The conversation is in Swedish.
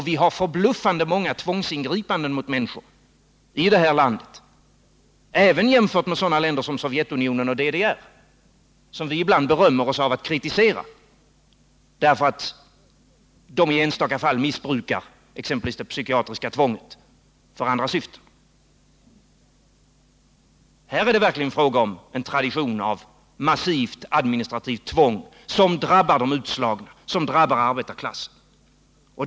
Vi har förbluffande många tvångsingripanden mot människor i det här landet även jämfört med sådana länder som Sovjetunionen och DDR, som vi ibland berömmer oss av att kritisera, därför att de i enstaka fall missbrukar exempelvis det psykiatriska tvånget för andra syften. Här i Sverige är det verkligen fråga om en tradition av massivt administrativt tvång, som drabbar de utslagna, som drabbar arbetarklassen.